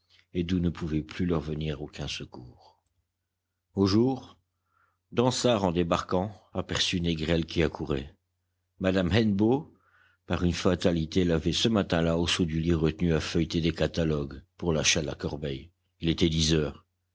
et d'où ne pouvait plus leur venir aucun secours au jour dansaert en débarquant aperçut négrel qui accourait madame hennebeau par une fatalité l'avait ce matin-là au saut du lit retenu à feuilleter des catalogues pour l'achat de la corbeille il était dix heures